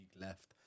left